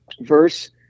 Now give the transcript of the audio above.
verse